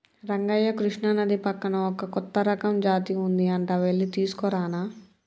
రంగయ్య కృష్ణానది పక్కన ఒక కొత్త రకం జాతి ఉంది అంట వెళ్లి తీసుకురానా